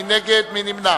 חוק ומשפט על מנת להכינה